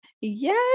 Yes